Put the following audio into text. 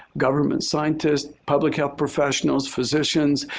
government scientists, public health professionals, physicians,